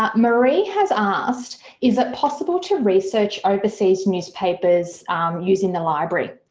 ah maree has asked, is it possible to research overseas newspapers using the library?